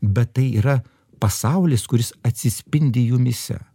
bet tai yra pasaulis kuris atsispindi jumyse